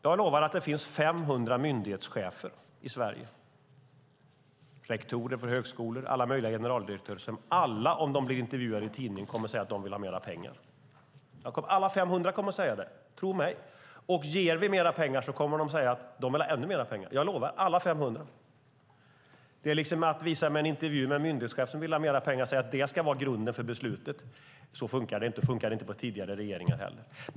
Jag lovar att det finns 500 myndighetschefer i Sverige - rektorer för högskolor och alla möjliga generaldirektörer - som alla om de blir intervjuade i en tidning kommer att säga att de vill ha mer pengar. Alla 500 kommer att säga det, tro mig. Ger vi mer pengar kommer alla 500 att säga att de vill ha ännu mer pengar. Det funkar inte att hänvisa till en intervju med en myndighetschef som vill ha mer pengar och säga att det ska vara grunden för beslutet. Så funkar det inte, och så funkade det inte med tidigare regeringar heller.